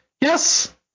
yes